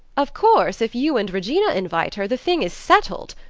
of course if you and regina invite her the thing is settled.